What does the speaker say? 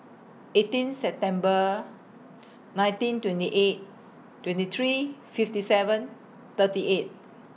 eighteen September nineteen twenty eight twenty three fifty seven thirty eight